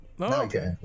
Okay